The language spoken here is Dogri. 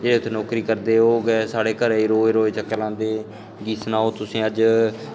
जेह्ड़े नौकरी करदे होग साढ़े घरे दे रोज रोज चक्कर लांदे ओह् कि सनाओ तुसें अज्ज